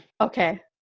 Okay